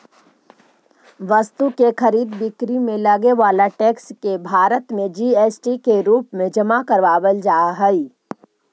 वस्तु के खरीद बिक्री में लगे वाला टैक्स के भारत में जी.एस.टी के रूप में जमा करावल जा हई